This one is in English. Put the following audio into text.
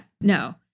No